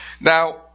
Now